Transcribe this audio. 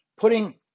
Putting